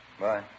Bye